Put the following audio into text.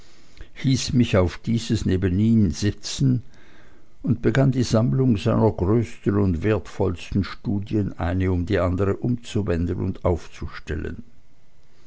hieß mich auf dieses neben ihn sitzen und begann die sammlung seiner größten und wertvollsten studien eine um die andere umzuwenden und aufzustellen